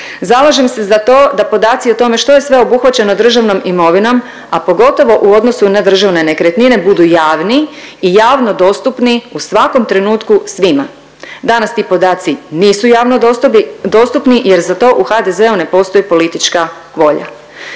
Zalažem se za to da podaci o tome što je sve obuhvaćeno državnom imovinom, a pogotovo u odnosu na državne nekretnine budu javni i javno dostupni u svakom trenutku svima. Danas ti podaci nisu javno dostupni jer za to u HDZ-u ne postoji politička volja.